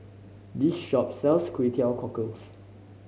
this shop sells Kway Teow Cockles